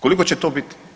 Koliko će to biti?